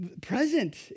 present